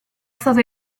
stato